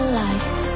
life